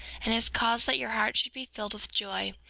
and has caused that your hearts should be filled with joy,